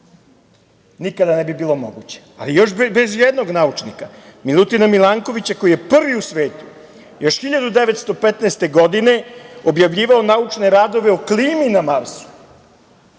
Nikada ne bi bilo moguće, ali još bez jednog naučnika – Milutina Milankovića koji je prvi u svetu, još 1915. godine, objavljivao naučne radove o klimi na Marsu.